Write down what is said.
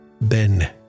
Ben